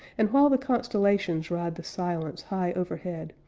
and while the constellations ride the silence high overhead,